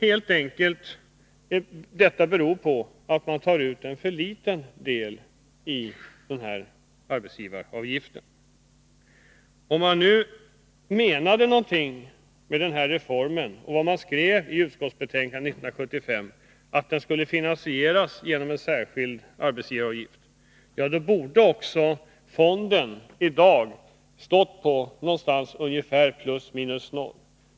Det beror helt enkelt på att man tar ut för låga arbetsgivaravgifter. Om man nu menar någonting med den här reformen och med vad man skrev i utskottsbetänkandet från 1975 om att den skulle finansieras genom en särskild arbetsgivaravgift, borde fonden i dag ha stått på ungefär plus minus noll.